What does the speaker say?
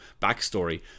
backstory